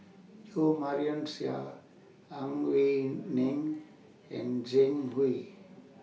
Jo Marion Seow Ang Wei Neng and Zhang Hui